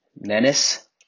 Menace